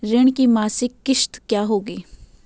ऋण की मासिक किश्त क्या होगी?